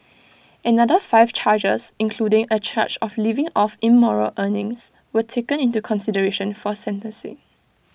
another five charges including A charge of living off immoral earnings were taken into consideration for sentencing